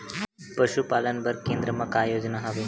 पशुपालन बर केन्द्र म का योजना हवे?